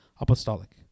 apostolic